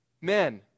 men